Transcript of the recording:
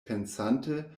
pensante